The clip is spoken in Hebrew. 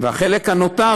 והחלק הנותר,